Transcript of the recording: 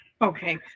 Okay